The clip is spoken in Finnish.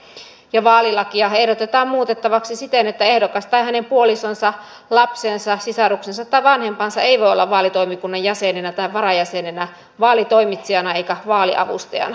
ja vaalilakia ehdotetaan muutettavaksi siten että ehdokas tai hänen puolisonsa lapsensa sisaruksensa tai vanhempansa ei voi olla vaalitoimikunnan jäsenenä tai varajäsenenä vaalitoimitsijana eikä vaaliavustajana